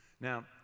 Now